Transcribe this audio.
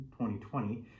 2020